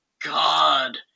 god